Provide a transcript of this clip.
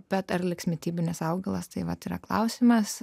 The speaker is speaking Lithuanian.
bet ar liks mitybinis augalas tai vat yra klausimas